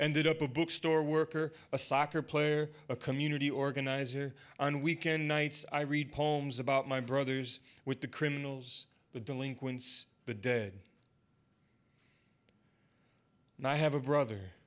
ended up a bookstore worker a soccer player a community organizer on weekend nights i read poems about my brothers with the criminals the delinquents the dead and i have a brother